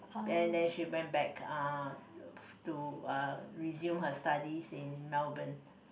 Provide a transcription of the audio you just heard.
then then she went back uh to uh resume her study in Melbourne